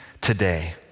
today